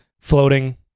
floating